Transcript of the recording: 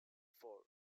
fort